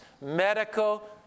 medical